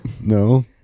No